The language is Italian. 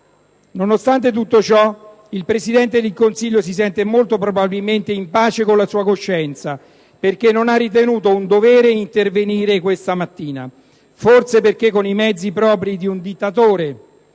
Nonostante tutto ciò, il Presidente del Consiglio si sente molto probabilmente in pace con la sua coscienza, perché non ha ritenuto un dovere intervenire questa mattina, forse perché con i mezzi propri di un dittatore